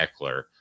Eckler